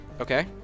Okay